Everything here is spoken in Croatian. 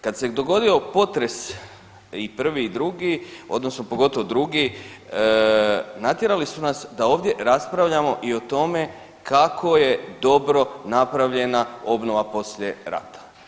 Kad se dogodio potres i prvi i drugi, odnosno pogotovo drugi natjerali su nas da ovdje raspravljamo i o tome kako je dobro napravljena obnova poslije rata.